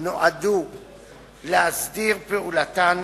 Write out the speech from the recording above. נועדו להסדיר פעולתן